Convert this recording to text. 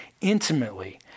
intimately